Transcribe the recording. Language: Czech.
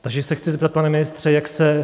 Takže se chci zeptat, pane ministře, jak se